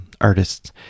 artists